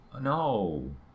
No